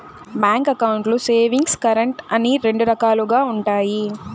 bank అకౌంట్లు savings, current అని రెండు రకాలుగా ఉంటాయి